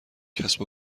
کسب